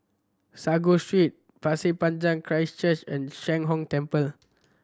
Sago Street Pasir Panjang Christ Church and Sheng Hong Temple